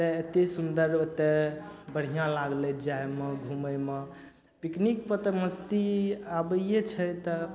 तए एतय सुविधा जँ ओतय बढ़िआँ लागलय जाइमे घुमयमे पिकनिकपर तऽ मस्ती आबैये छै तऽ